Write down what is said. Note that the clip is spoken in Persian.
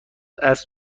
عصر